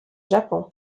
japon